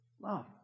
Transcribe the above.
love